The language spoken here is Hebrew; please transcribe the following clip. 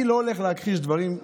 אני לא הולך להכחיש דברים,